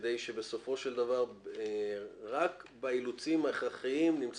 כדי שבסופו של דבר רק באילוצים ההכרחיים נמצא